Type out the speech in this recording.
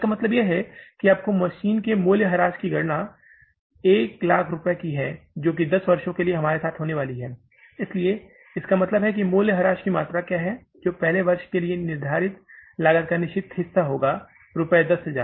तो इसका मतलब है कि आपको मशीन के मूल्य ह्रास की गणना 100000 रुपये के लिए है जो 10 वर्षों के लिए हमारे साथ होने वाली है इसलिए इसका मतलब है कि मूल्य ह्रास की मात्रा क्या है जो पहले वर्ष के लिए निर्धारित लागत का निश्चित हिस्सा होगा रुपये 10000